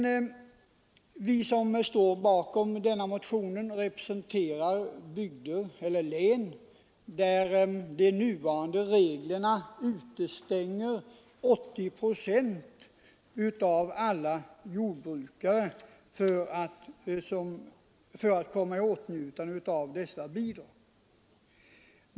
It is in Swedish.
Vi som står bakom denna motion representerar län där de nuvarande reglerna utestänger 80 procent av alla jordbrukare från att komma i åtnjutande av detta bidrag.